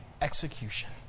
execution